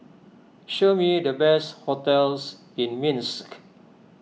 show me the best hotels in Minsk